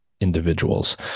individuals